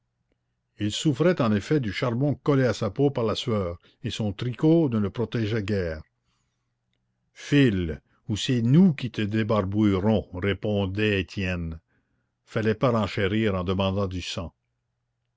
il souffrait en effet du charbon collé à sa peau par la sueur et son tricot ne le protégeait guère file ou c'est nous qui te débarbouillerons répondait étienne fallait pas renchérir en demandant du sang